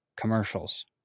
commercials